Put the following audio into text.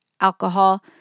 alcohol